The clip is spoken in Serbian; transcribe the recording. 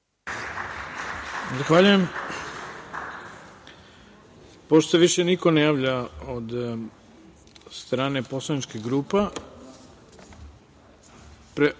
Hvala.